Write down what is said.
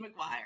McGuire